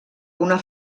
una